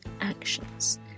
actions